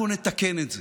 אנחנו נתקן את זה.